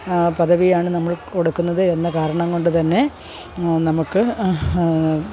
പദവിയാണ് നമ്മൾ കൊടുക്കുന്നത് എന്ന കാരണം കൊണ്ടുതന്നെ നമുക്ക്